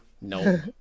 no